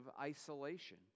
isolation